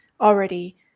already